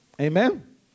Amen